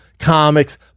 comics